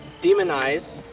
demon eyes,